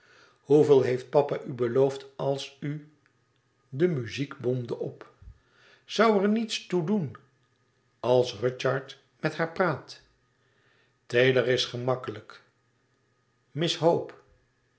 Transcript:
hoeveel heeft papa u beloofd als u de muziek boemde op zoû er niets toe doen als rudyard met haar praat taylor is gemakkelijk miss hope